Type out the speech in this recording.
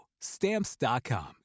Stamps.com